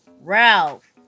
Ralph